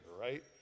right